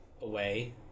away